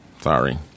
Sorry